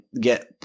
get